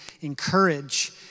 encourage